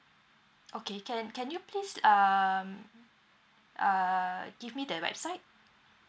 okay can can you please um uh give me the website